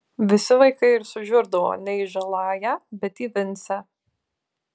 visi vaikai ir sužiurdavo ne į žaląją bet į vincę